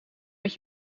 met